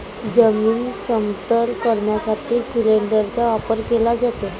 जमीन समतल करण्यासाठी सिलिंडरचा वापर केला जातो